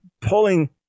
pulling